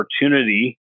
opportunity